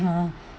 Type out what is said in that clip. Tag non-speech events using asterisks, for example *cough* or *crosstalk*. *noise*